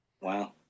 Wow